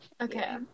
okay